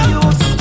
use